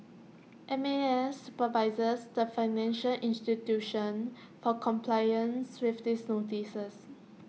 M A S supervises the financial institutions for compliance with these notices